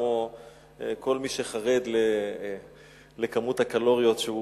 כמו כל מי שחרד לכמות הקלוריות שהוא